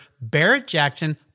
Barrett-Jackson